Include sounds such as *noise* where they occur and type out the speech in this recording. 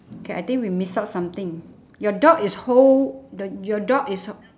okay I think we miss out something your dog is whole the your dog is *noise*